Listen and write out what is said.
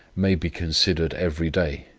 may be considered every day,